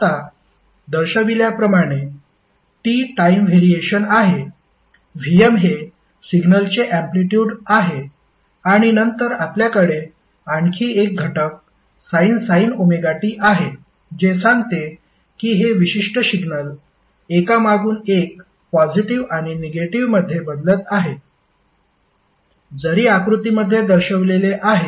आत्ता दर्शविल्याप्रमाणे t time variation आहे Vm हे सिग्नलचे अँप्लिटयूड आहे आणि नंतर आपल्याकडे आणखी एक घटक sin ωt आहे जे सांगते की हे विशिष्ट सिग्नल एका मागून एक पॉजिटीव्ह आणि निगेटिव्ह मध्ये बदलत आहे जरी आकृतीमध्ये दर्शविलेले आहे